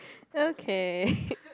okay